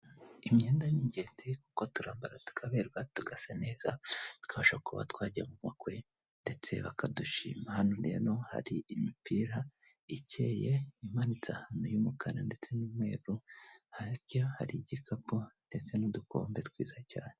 Imyenda ni ingenzi kuko turambara tukaberwa tugasa neza, tukabasha kuba twajya mu mabukwe ndetse bakadushima, hano rero hari imipira ikeye imanitse ahantu y'umukara ndetse n'umweru, hirya hari igikapu ndetse n'udukombe twiza cyane.